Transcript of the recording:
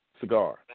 cigar